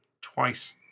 twice